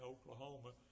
Oklahoma